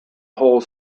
whole